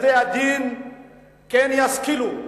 בתי-הדין כן ישכילו.